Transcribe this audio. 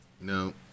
No